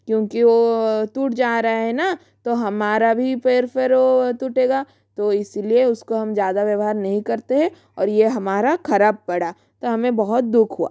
क्योंकि वो टूट जा रहा है ना तो हमारा भी पैर फिर वो टूटेगा तो इसी लिए उसको हम ज़्यादा व्यवहार नहीं करते हैं और ये हमारा ख़राब पड़ा था हमें बहुत दुख हुआ